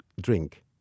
drink